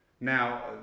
Now